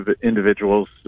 individuals